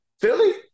Philly